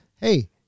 hey